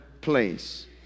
place